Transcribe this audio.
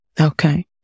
Okay